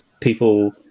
People